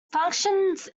functions